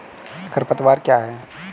खरपतवार क्या है?